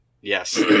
Yes